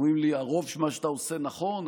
אומרים לי: הרוב ממה שאתה עושה נכון,